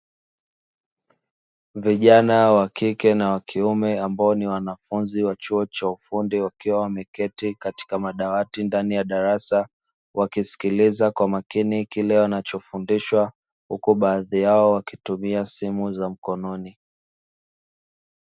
Vijana wakike na wakiume ambao ni wanafunzi wa chuo cha ufundi. Wakiwa wameketi katika madawati ndani ya darasa. Wakisikiliza kwa makini kile wanachofundishwa, huku baadhi yao wakitumia simu za mkononi.